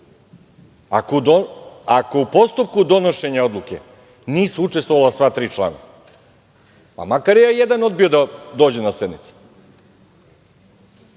ako u postupku donošenja odluke nisu učestvovala sva tri člana, pa makar jedan i odbio da dođe na sednice,